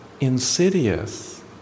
insidious